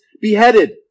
beheaded